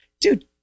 Dude